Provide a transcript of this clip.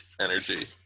energy